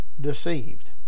Deceived